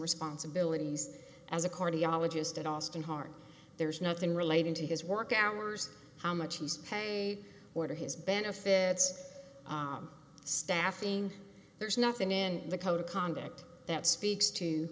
responsibilities as a cardiologist at austin heart there's nothing relating to his work hours how much he's a order his benefits staffing there's nothing in the code of conduct that speaks to